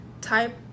Type